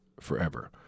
forever